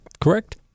correct